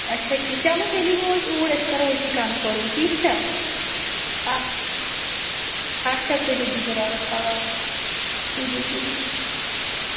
اچھا ٹھیٖک چلو تیٚلہِ یِمو أسۍ اوٗرۍ أسۍ کَرو أتی کَنفٲرٕم ٹھیٖک چھا اَچھ اچھا تُلِو بِہِو رۄبَس حوال تُلِو تُلِو